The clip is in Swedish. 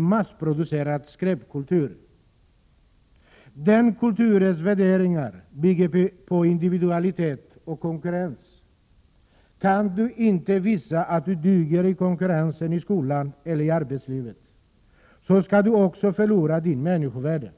massproducerad skräpkultur. Den kulturens värderingar bygger på individualitet och konkurrens. Kan du inte visa att du duger i konkurrensen i skolan eller i arbetslivet skall du också förlora ditt människovärde.